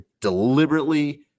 deliberately